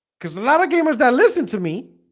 cuz a lot of gamers that listen to me